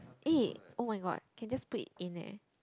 eh oh-my-god can just split in eh